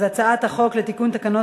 ההצעה להעביר את הצעת חוק לתיקון תקנות